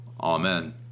amen